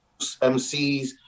MCs